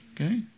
okay